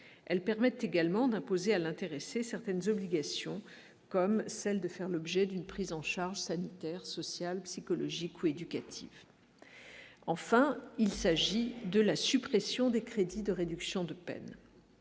elle permet également d'imposer à l'intéressé, certaines obligations, comme celle de fermer, objet d'une prise en charge sanitaire, sociale, psychologique ou éducatives, enfin, il s'agit de la suppression des crédits de réduction de peine